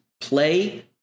play